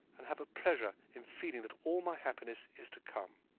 and have a pleasure in feeling that all my happiness is to come.